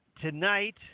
tonight